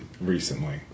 recently